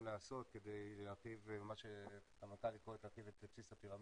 לעשות כדי להרחיב את בסיס הפירמידה.